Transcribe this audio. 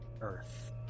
earth